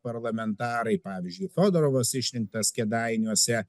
parlamentarai pavyzdžiui fiodorovas išrinktas kėdainiuose